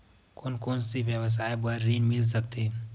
कोन कोन से व्यवसाय बर ऋण मिल सकथे?